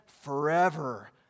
forever